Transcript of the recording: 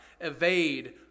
evade